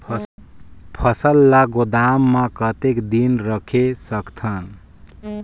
फसल ला गोदाम मां कतेक दिन रखे सकथन?